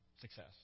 success